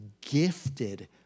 gifted